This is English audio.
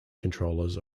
controllers